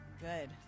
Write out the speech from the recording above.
good